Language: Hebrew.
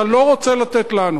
אתה לא רוצה לתת לנו?